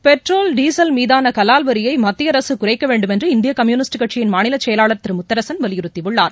petrol diesel மீதான கலால் வரியை மத்திய அரசு குறைக்க வேண்டும் என்று இந்திய கம்யூனிஸ்ட் கட்சியின் மாநில செயலாளர் திரு முத்தரசன் வலியுறுத்தியுள்ளார்